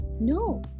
No